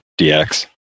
DX